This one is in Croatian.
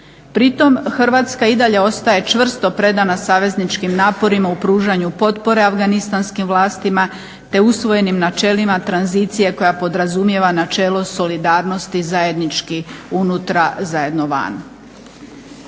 Pritom Hrvatska i dalje ostaje čvrsto predana savezničkih naporima u pružanju potpore afganistanskih vlastima te usvojenim načelima tranzicije koja podrazumijeva načelo solidarnosti zajednički unutra, zajedno van.